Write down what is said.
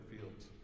fields